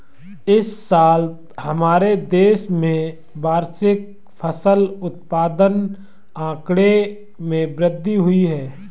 इस साल हमारे देश में वार्षिक फसल उत्पादन आंकड़े में वृद्धि हुई है